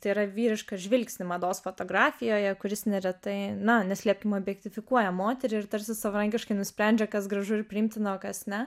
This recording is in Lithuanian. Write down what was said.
tai yra vyrišką žvilgsnį mados fotografijoje kuris neretai na neslėpkim objektifikuoja moterį ir tarsi savarankiškai nusprendžia kas gražu ir priimtina o kas ne